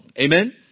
Amen